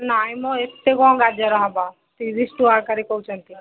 ନାଇଁ ମ ଏତେ କ'ଣ ଗାଜର ହେବ ତିରିଶ ଟଙ୍କା ଏକାରେ କହୁଛନ୍ତି